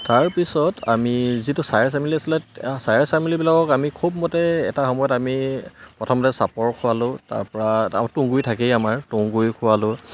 তাৰপিছত আমি যিটো চায়েৰ চেমেলী আছিলে চায়েৰ চেমেলীলাকক আমি খুবমতে এটা সময়ত আমি প্ৰথমতে চাপৰ খুৱালোঁ তাৰপৰা তুঁহগুৰি থাকেই আমাৰ তুঁহগুৰি খোৱালোঁ